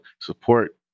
support